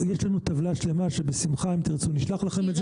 יש לנו טבלה שלמה שבשמחה, אם תרצו, נשלח לכם אותה.